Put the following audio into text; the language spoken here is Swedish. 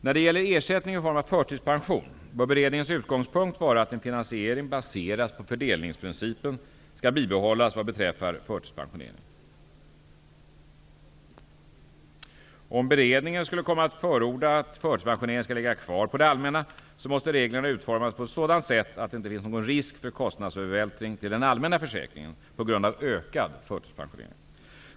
När det gäller ersättning i form av förtidspension bör beredningens utgångspunkt vara att en finansiering baserad på fördelningsprincipen skall bibehållas vad beträffar förtidspensioneringen. Om beredningen skulle komma att förorda att förtidspensioneringen skall ligga kvar på det allmänna, måste reglerna utformas på ett sådant sätt att det inte finns någon risk för kostnadsövervältring till den allmänna försäkringen på grund av ökad förtidspensionering.